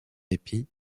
épi